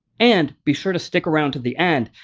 and be sure to stick around to the end,